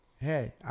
Hey